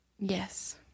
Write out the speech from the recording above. Yes